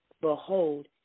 Behold